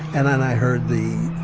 and then i heard the,